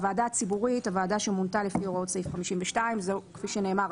"הוועדה הציבורית" הוועדה שמונתה לפי הוראות סעיף 52,". כפי שנאמר,